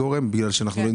כן.